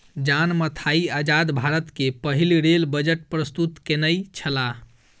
John Mathai आजाद भारत के पहिल रेल बजट प्रस्तुत केनई छला